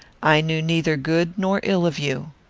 i knew neither good nor ill of you.